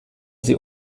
sie